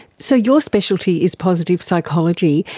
so your specialty is positive psychology.